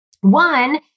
One